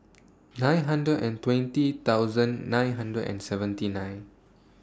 nine hundred and twenty thousand nine hundred and seventy nine